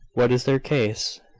what is their case?